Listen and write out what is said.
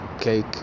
cake